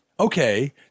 okay